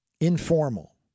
informal